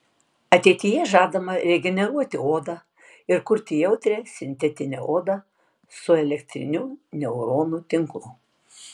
ateityje žadama regeneruoti odą ir kurti jautrią sintetinę odą su elektriniu neuronų tinklu